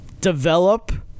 develop